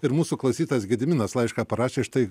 ir mūsų klausytojas gediminas laišką parašė štai